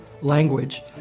language